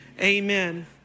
amen